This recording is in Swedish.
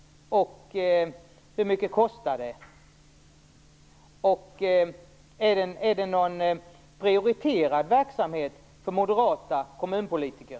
Hur mycket kostar det? Är det någon prioriterad verksamhet för moderata kommunpolitiker?